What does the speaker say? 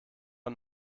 und